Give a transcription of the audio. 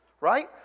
right